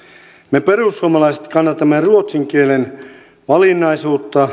me perussuomalaiset kannatamme ruotsin kielen valinnaisuutta